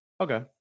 Okay